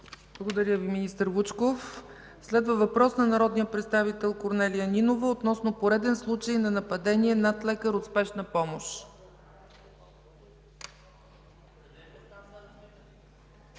Благодаря, Министър Вучков. Следва въпрос на народния представител Корнелия Нинова относно пореден случай на нападение над лекар от Спешна помощ.